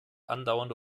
andauernde